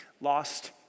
Lost